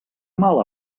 mal